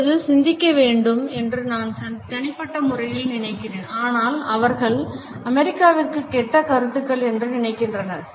இப்பொழுது சிந்திக்கவேண்டும் என்று நான் தனிப்பட்ட முறையில் நினைக்கிறேன் ஆனால் அவர்கள் அமெரிக்காவிற்கு கெட்ட கருத்துக்கள் என்று நினைக்கின்றனர்